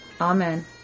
Amen